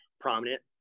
prominent